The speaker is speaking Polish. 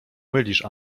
mylisz